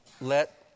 Let